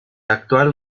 actual